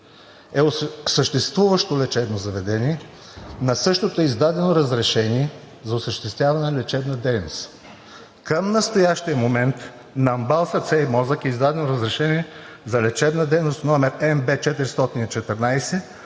е съществуващо лечебно заведение. На същото е издадено разрешение за осъществяване на лечебна дейност. Към настоящия момент на МБАЛ „Сърце и мозък“ е издадено разрешение за лечебна дейност № НБ 414